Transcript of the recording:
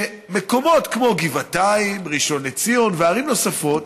שמקומות כמו גבעתיים, ראשון לציון וערים נוספות